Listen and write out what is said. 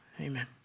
Amen